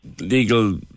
legal